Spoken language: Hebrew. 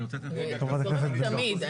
אני תורמת תמיד.